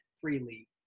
freely